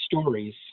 stories